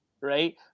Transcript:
right